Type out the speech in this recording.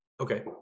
Okay